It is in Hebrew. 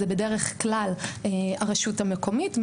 זה בדרך כלל הרשות המקומית,